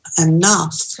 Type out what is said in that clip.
enough